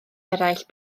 eraill